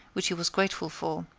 which he was grateful for,